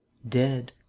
dead,